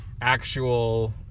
actual